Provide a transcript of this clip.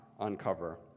uncover